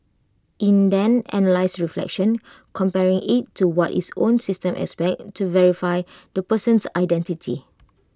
in then analyses reflection comparing IT to what its own system expects to verify the person's identity